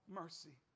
mercy